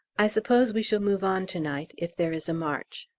i suppose we shall move on to-night if there is a marche.